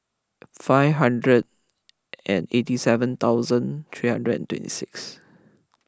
five hundred and eighty seven thousand three hundred and twenty six